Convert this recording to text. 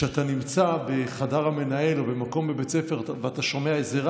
כשאתה נמצא בחדר המנהל או במקום בבית ספר ואתה שומע איזה רעש,